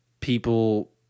people